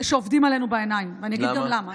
שעובדים עלינו בעיניים, ואני אגיד גם למה,